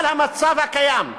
אבל המצב הקיים,